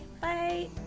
Bye